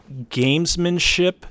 gamesmanship